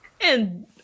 and-